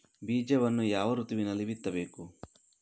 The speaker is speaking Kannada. ಬೀಜವನ್ನು ಯಾವ ಋತುವಿನಲ್ಲಿ ಬಿತ್ತಬೇಕು?